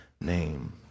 name